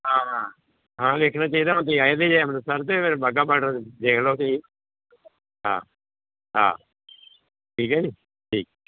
ਹਾਂ ਹਾਂ ਹਾਂ ਦੇਖਣਾ ਚਾਹੀਦਾ ਹੁਣ ਤੁਸੀਂ ਆਏ ਵੇ ਜੇ ਅੰਮ੍ਰਿਤਸਰ ਅਤੇ ਫਿਰ ਵਾਘਾ ਬਾਡਰ ਦੇਖ ਲਉ ਤੁਸੀਂ ਹਾਂ ਹਾਂ ਠੀਕ ਹੈ ਜੀ ਠੀਕ